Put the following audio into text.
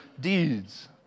deeds